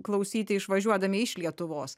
klausyti išvažiuodami iš lietuvos